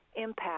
impact